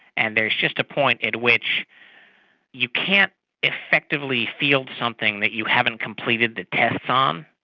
and there's just a point at which you can't effectively field something that you haven't completed the tests um